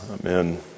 Amen